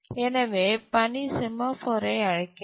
எனவே பணி செமாஃபோரை அழைக்கிறது